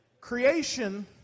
Creation